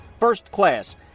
FIRSTCLASS